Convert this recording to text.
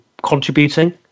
contributing